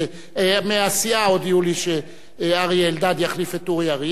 מהסיעה הודיעו לי שאריה אלדד יחליף את אורי אריאל,